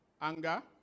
Anger